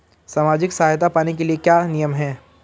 सामाजिक सहायता पाने के लिए क्या नियम हैं?